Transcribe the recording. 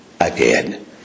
again